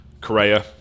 Correa